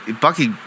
Bucky